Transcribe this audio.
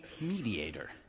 mediator